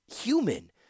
human